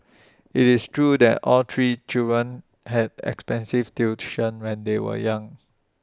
IT is true that all three children had expensive tuition when they were young